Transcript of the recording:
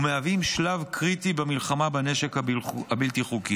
ומהווים שלב קריטי במלחמה בנשק הבלתי-חוקי.